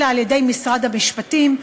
אלא על-ידי משרד המשפטים.